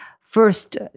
first